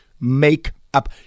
Makeup